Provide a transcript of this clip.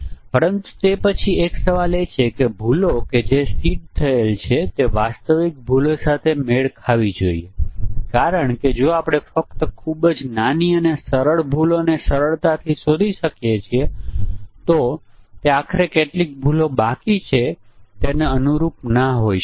તેથી down payment એ છે કે તમે એક સમયે કેટલું ચૂકવણી કરો છો અને ચુકવણીની આવર્તન છે લોન માટેના આ વિવિધ પરિમાણો જ્યારે લાગુ થાય છે ત્યારે વ્યાજ દર અલગ અલગ હોય છે